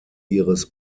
ihres